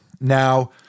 Now